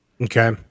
Okay